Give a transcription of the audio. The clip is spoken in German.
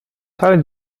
teil